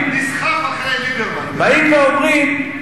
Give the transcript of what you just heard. הם באים ואומרים,